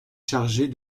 chargée